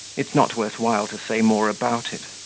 it's not worth while to say more about it.